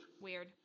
Weird